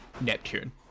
Neptune